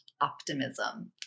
optimism